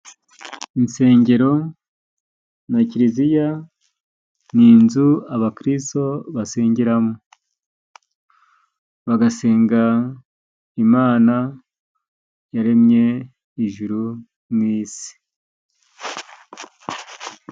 Insengero na kiliziya ni inzu abakristo basengeramo, bagasenga Imana yaremye ijuru ni isi.